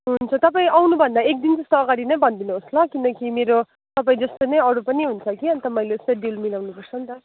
हुन्छ तपाईँ आउनुभन्दा एक दिन जस्तो अगाडि नै भनिदिनु होस् ल किनकि मेरो तपाईँ जस्तो नै अरू पनि हुन्छ कि अन्त मैले यसो दिन मिलाउनुपर्छ नि त